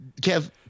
Kev